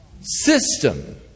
system